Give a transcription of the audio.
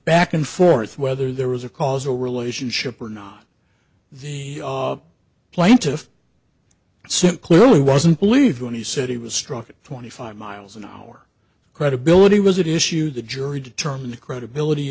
back and forth whether there was a causal relationship or not the plaintiff sim clearly wasn't believed when he said he was struck at twenty five miles an hour credibility was it is you the jury determine the credibility